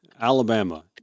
Alabama